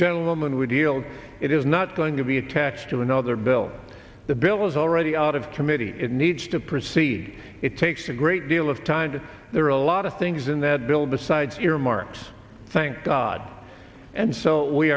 gentleman would yield it is not going to be attached to another bill the bill is already out of committee it needs to proceed it takes a great deal of time there are a lot of things in that bill decides earmarks thank god and so we